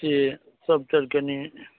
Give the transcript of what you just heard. से सभतर कनि